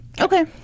Okay